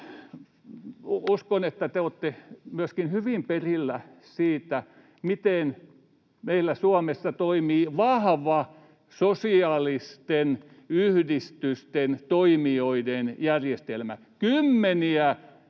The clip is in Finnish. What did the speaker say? Uskon, että te olette myöskin hyvin perillä siitä, miten meillä Suomessa toimii vahva sosiaalisten yhdistysten ja toimijoiden järjestelmä,